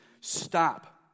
stop